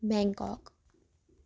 Bangkok